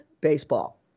baseball